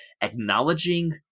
acknowledging